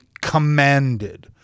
commanded